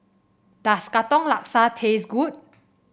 does Katong Laksa taste good